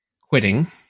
quitting